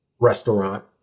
Restaurant